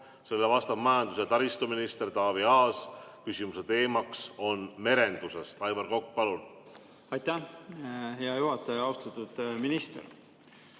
sellele vastab majandus- ja taristuminister Taavi Aas, küsimuse teema on merendus. Aivar Kokk, palun! Aitäh, hea juhataja! Austatud minister!